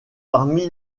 parmi